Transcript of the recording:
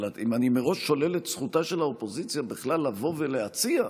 אבל אם אני מראש שולל את זכותה של האופוזיציה בכלל לבוא ולהציע,